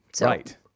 Right